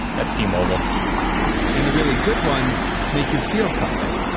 that's t mobile and the really good ones make you feel something,